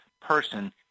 person